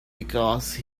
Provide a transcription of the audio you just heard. because